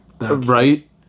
Right